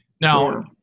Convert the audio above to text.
now